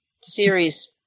series